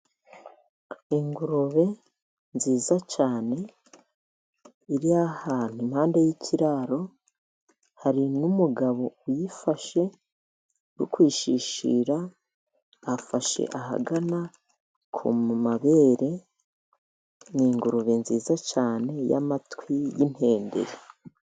Ingurube nziza cyane iri ahantu impande y'ikiraro, hari n'umugabo uyifashe uri kuyishishira afashe ahagana ku mabere, ni ingurube nziza cyane yamatwi y'tenderi.